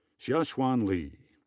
jiaxuan li.